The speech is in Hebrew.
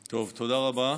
טוב, תודה רבה.